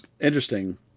interesting